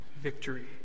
victory